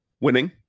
winning